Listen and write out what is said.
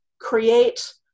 create